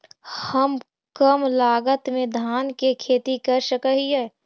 हम कम लागत में धान के खेती कर सकहिय?